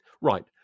right